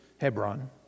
Hebron